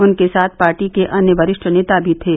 उनके साथ पार्टी के अन्य वरिष्ठ नेता भी थे